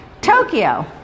Tokyo